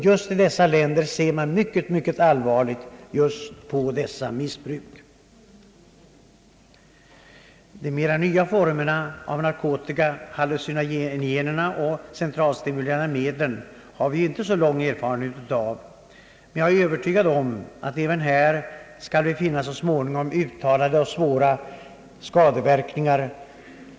Just i dessa länder ser man mycket allvarligt på dessa missbruk. De mera nya formerna av narkotika, hallucinogenerna och de centralstimulerande medlen, har vi inte så lång erfarenhet av. Jag är dock övertygad om att vi även här så småningom skall finna uttalade och svåra skadeverkningar.